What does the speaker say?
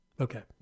okay